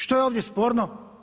Što je ovdje sporno?